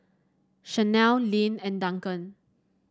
Shanelle Lynn and Duncan